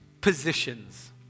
positions